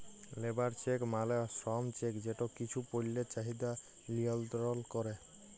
labour check মালে শ্রম check যেট কিছু পল্যের চাহিদা লিয়লত্রল ক্যরে